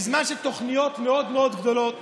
בזמן של תוכניות מאוד מאוד גדולות